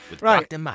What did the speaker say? Right